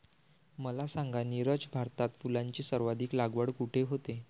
मला सांगा नीरज, भारतात फुलांची सर्वाधिक लागवड कुठे होते?